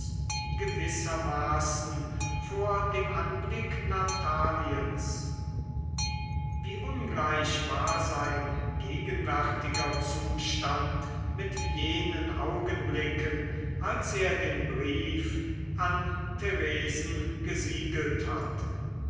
gewissermaßen vor dem anblick nataliens wie ungleich war sein gegenwärtiger zustand mit jenen augenblicken als er den brief an theresen gesiegelt hatte